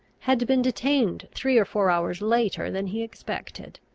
had been detained three or four hours later than he expected.